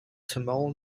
tamil